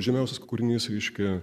žymiausias kūrinys reiškia